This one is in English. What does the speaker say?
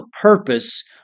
purpose